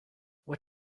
what